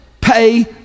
pay